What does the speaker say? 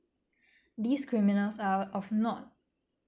these criminals are of not